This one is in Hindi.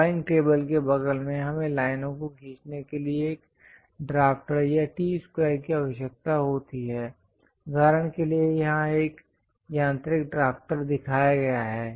ड्राइंग टेबल के बगल में हमें लाइनों को खींचने के लिए एक ड्रॉफ्टर या T स्क्वायर की आवश्यकता होती है उदाहरण के लिए यहां एक यांत्रिक ड्रॉफ्टर दिखाया गया है